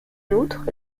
outre